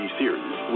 series